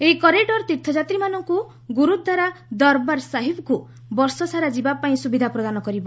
ଏହି କରିଡର୍ ତୀର୍ଥଯାତ୍ରୀମାନଙ୍କୁ ଗୁରୁଦ୍ୱାରା ଦରବାର ସାହିବ୍କୁ ବର୍ଷସାରା ଯିବାପାଇଁ ସୁବିଧା ପ୍ରଦାନ କରିବ